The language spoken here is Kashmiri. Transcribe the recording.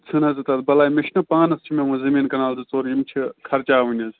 ژھٕن حظ ونۍ تتھ بَلاے مےٚ چھُ نہ پانَس چھ مےٚ ونۍ زمیٖن کنال زٕ ژور یِم چھِ خرچاوٕنۍ حظ